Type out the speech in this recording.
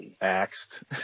axed